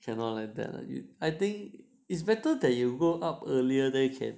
cannot like that lah you I think it's better that you go out earlier then you can